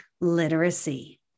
literacy